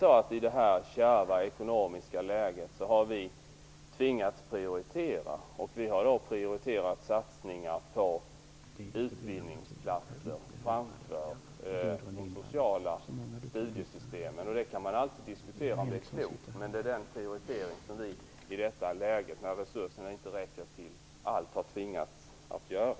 I detta kärva ekonomiska läge har vi tvingats prioritera, och vi har då prioriterat satsningar på utbildningsplatser framför de sociala studiesystemen. Man kan alltid diskutera om det är klokt. Men det är den prioritering som vi i detta läge då resurserna inte räcker till allt har tvingats att göra.